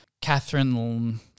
Catherine